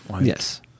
yes